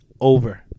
Over